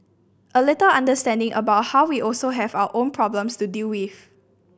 a little understanding about how we also have our own problems to deal with